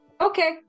Okay